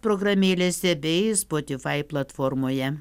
programėlėse bei spotify platformoje